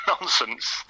nonsense